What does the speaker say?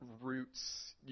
roots –